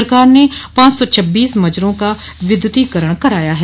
सरकार ने पांच सौ छब्बीस मजरों का विद्युतीकरण कराया है